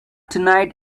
tonight